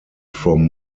from